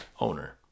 owner